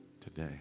today